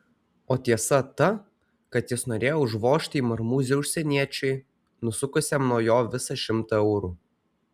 o tiesa ta kad jis norėjo užvožti į marmūzę užsieniečiui nusukusiam nuo jo visą šimtą eurų